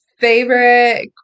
favorite